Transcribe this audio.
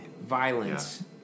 violence